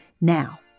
Now